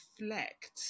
reflect